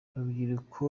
urubyiruko